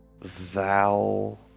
Val